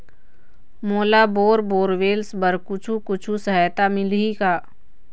मोला bore borewells बर कुछू कछु सहायता मिलही का?